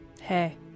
Hey